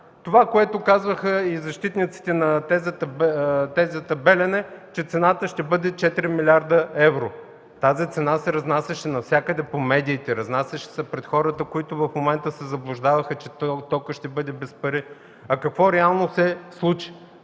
Това, което казваха и защитниците на тезата „Белене”, че цената ще бъде 4 млрд. евро. Тази цена се разнасяше навсякъде по медиите, разнасяше се пред хората, които в момента се заблуждаваха, че токът ще бъде без пари. А какво реално се случи?